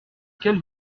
quelle